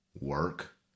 work